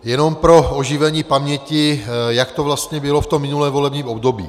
Jenom pro oživení paměti, jak to vlastně bylo v tom minulém volebním období.